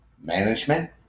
Management